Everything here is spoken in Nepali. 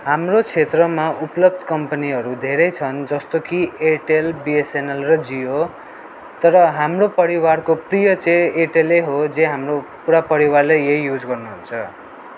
हाम्रो क्षेत्रमा उपलब्ध कम्पनीहरू धेरै छन् जस्तो कि एयरटेल बिएसएनएल र जियो तर हाम्रो परिवारको प्रिय चाहिँ एयरटेलै हो जे हाम्रो पुरा परिवारले यही युज गर्नुहुन्छ